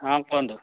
ହଁ କୁହନ୍ତୁ